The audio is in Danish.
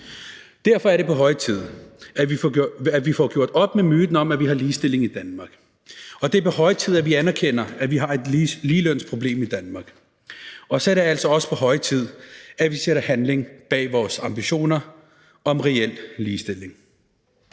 Derfor er det på høje tid, at vi får gjort op med myten om, at vi har ligestilling i Danmark, og det er på høje tid, at vi anerkender, at vi har et ligelønsproblem i Danmark, og så er det altså også på høje tid, at vi sætter handling bag vores ambitioner om reel ligestilling.